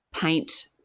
paint